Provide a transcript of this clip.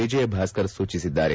ವಿಜಯಭಾಸ್ಕರ್ ಸೂಚಿಸಿದ್ದಾರೆ